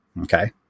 Okay